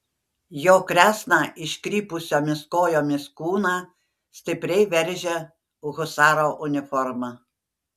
jo kresną iškrypusiomis kojomis kūną stipriai veržia husaro uniforma